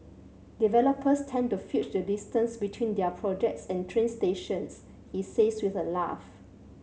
developers tend to fudge the distance between their projects and train stations he says with a laugh